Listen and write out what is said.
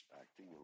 acting